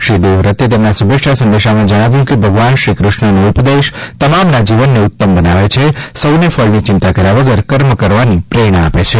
શ્રી દેવવ્રતે તેમના શુભેચ્છા સંદેશામાં જણાવ્યું કે ભગવાન શ્રી કૃષ્ણનો ઉપદેશ તમામના જીવનને ઉત્તમ બનાવે છે સૌને ફળની ચિંતા કર્યા વગર કર્મ કરવાની પ્રેરણા આપે છે